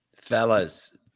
Fellas